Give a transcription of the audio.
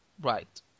Right